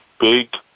big